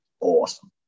awesome